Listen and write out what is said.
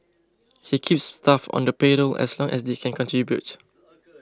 he keeps staff on the payroll as long as they can contribute